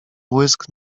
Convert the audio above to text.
błysk